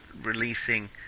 releasing